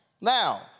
Now